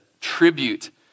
tribute